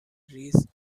ریز